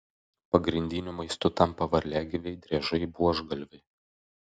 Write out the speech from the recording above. pagrindiniu maistu tampa varliagyviai driežai buožgalviai